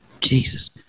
Jesus